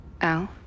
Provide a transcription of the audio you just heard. Al